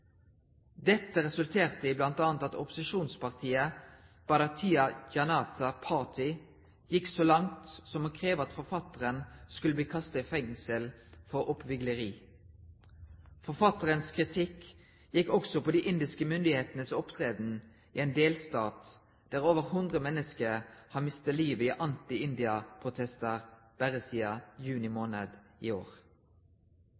Dette resulterte bl.a. i at opposisjonspartiet Bharatiya Janata Party gikk så langt som å kreve at forfatteren skulle bli kastet i fengsel for oppvigleri. Forfatterens kritikk gikk også på de indiske myndighetenes opptreden i en delstat der over 100 mennesker har mistet livet i